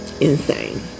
Insane